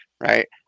right